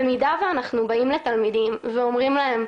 במידה ואנחנו באים לתלמידים ואומרים להם,